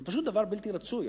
זה פשוט דבר בלתי רצוי.